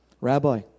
Rabbi